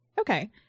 Okay